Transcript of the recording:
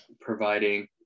providing